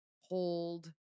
hold